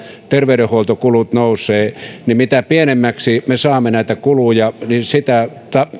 terveydenhuoltokulut nousevat että mitä pienemmäksi me saamme näitä kuluja sitä